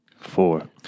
Four